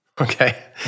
Okay